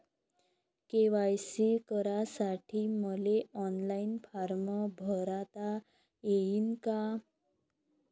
KYC करासाठी मले online form भरता येईन का?